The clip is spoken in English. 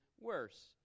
worse